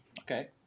Okay